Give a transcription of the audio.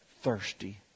thirsty